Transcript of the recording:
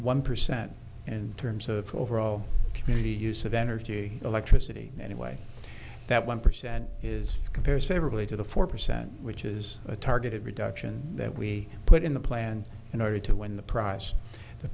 one percent and terms of overall community use of energy electricity anyway that one percent is compares favorably to the four percent which is a targeted reduction that we put in the plan in order to win the prize the